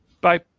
Bye